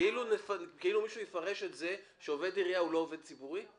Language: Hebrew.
כאילו מישהו יפרש את זה שעובד עירייה הוא לא עובד ציבור?